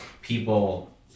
people